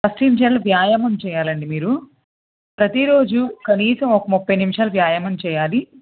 first ఏమి చెయ్యాలి వ్యాయామం చెయ్యాలండి మీరు ప్రతి రోజు కనీసం ఒక ముప్పై నిమిషాలు వ్యాయామం చెయ్యాలి